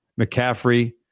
McCaffrey